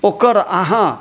ओकर अहाँ